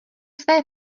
své